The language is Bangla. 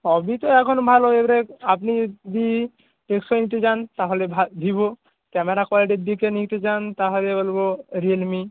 সবই তো এখন ভালো এবারে আপনি যদি এক্সট্রা নিতে যান তাহলে ভা ভিভো ক্যামেরা কোয়ালিটির দিকে নিতে যান তাহলে বলব রিয়েলমি